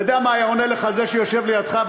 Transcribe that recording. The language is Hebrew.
אתה יודע מה היה עונה לך זה שהיה יושב לידך,